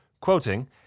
quoting